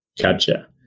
Gotcha